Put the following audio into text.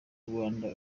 rwanda